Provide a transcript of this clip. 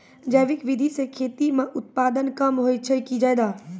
जैविक विधि से खेती म उत्पादन कम होय छै कि ज्यादा?